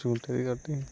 చూస్తాయి కాబట్టి